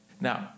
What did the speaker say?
Now